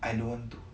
I don't want to